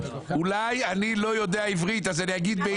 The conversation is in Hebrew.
אולי אני לא יודע עברית ולכן אני אגיד ביידיש.